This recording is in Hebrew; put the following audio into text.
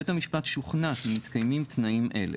בית המשפט שוכנע כי מתקיימים תנאים אלה: